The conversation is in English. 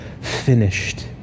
finished